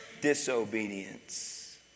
disobedience